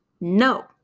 No